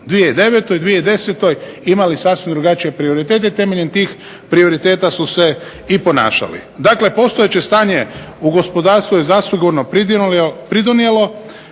2009., 2010. imali sasvim drugačije prioritete temeljem tih prioriteta su se i ponašali. Dakle, postojeće stanje u gospodarstvu je zasigurno pridonijelo